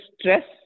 stress